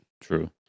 True